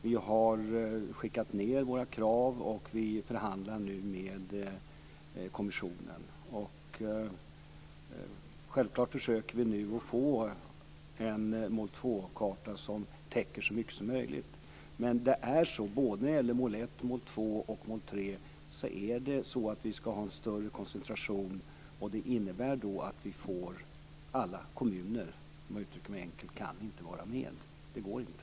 Vi har skickat ned våra krav, och vi förhandlar nu med kommissionen. Självklart försöker vi nu få en mål 2-karta som täcker så mycket som möjligt. Men när det gäller mål 1, mål 2 och mål 3 är det så att vi ska ha en större koncentration. Det innebär, om jag uttrycker mig enkelt, att alla kommuner inte kan vara med. Det går inte.